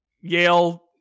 Yale